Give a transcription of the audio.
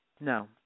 No